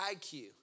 IQ